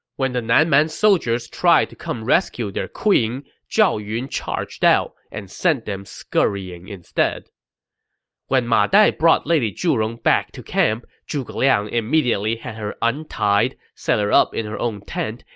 when the nan man soldiers tried to come rescue their queen, zhao yun charged out and sent them scurrying instead when ma dai brought lady zhurong back to camp, zhuge liang immediately had her untied, set her up in her own tent,